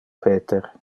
peter